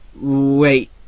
Wait